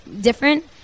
different